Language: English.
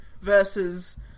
versus